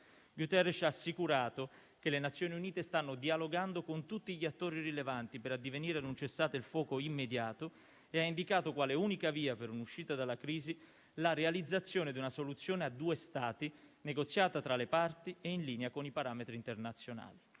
Guterres ha assicurato che le Nazioni Unite stanno dialogando con tutti gli attori rilevanti per addivenire a un cessate il fuoco immediato e ha indicato quale unica via per un'uscita dalla crisi la realizzazione di una soluzione a due Stati, negoziata tra le parti e in linea con i parametri internazionali.